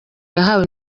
yahawe